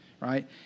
right